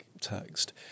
text